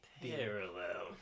parallel